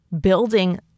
building